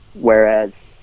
whereas